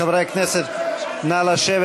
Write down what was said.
חברי הכנסת, נא לשבת.